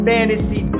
Fantasy